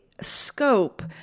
scope